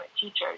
teachers